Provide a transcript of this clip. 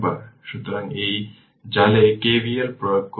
সুতরাং এই জালে K V L প্রয়োগ করুন